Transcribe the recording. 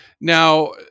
Now